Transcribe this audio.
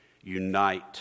unite